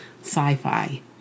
sci-fi